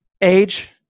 age